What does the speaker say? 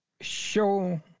show